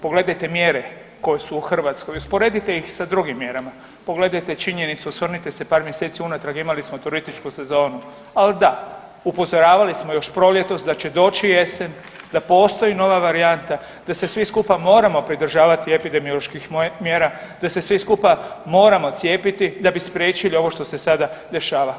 Pogledajte mjere koje su u Hrvatskoj i usporedite ih sa drugim mjerama, pogledajte činjenicu osvrnite se par mjeseci unatrag imali smo turističku sezonu, ali da, upozoravali smo još proljetos da će doći jesen, da postoji nova varijanta, da se svi supa moramo pridržavati epidemioloških mjera, da se svi skupa moramo cijepiti da bi spriječili ovo što se sada dešava.